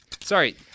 Sorry